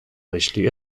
myśli